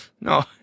No